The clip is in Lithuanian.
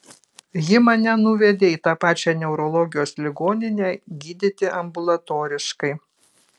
ji mane nuvedė į tą pačią neurologijos ligoninę gydyti ambulatoriškai